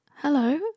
Hello